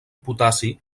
potassi